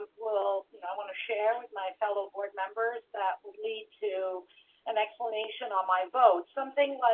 will i want to share with my fellow board members. that would lead to an explanation on my vote. something